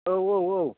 औ औ औ